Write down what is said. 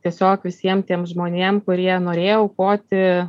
tiesiog visiem tiem žmonėm kurie norėjo aukoti